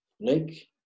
lake